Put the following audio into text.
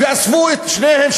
ואספו את שניהם,